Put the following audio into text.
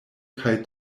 kaj